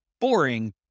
boring